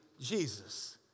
Jesus